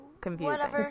confusing